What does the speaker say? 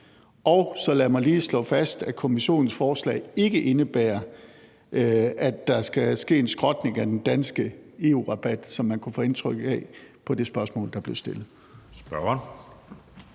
Og så lad mig lige slå fast, at Kommissionens forslag ikke indebærer, at der skal ske en skrotning af den danske EU-rabat, som man kunne få indtryk af med det spørgsmål, der blev stillet.